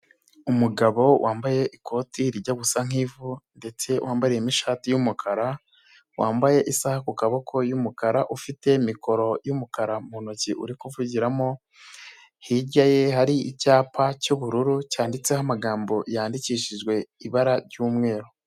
Umugabo wambaye ikoti rijya gusa nk'ivu ndetse wambariyemo ishati y'umukara, wambaye isaha ku kaboko y'umukara, ufite mikoro y'umukara mu ntoki uri kuvugiramo, hirya ye hari icyapa cy'ubururu cyanditseho amagambo yandikishijwe ibara ry'umweru.